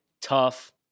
tough